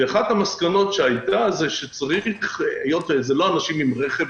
אחת המסקנות הייתה שהיות וזה לא אנשים עם רכב,